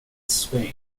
spain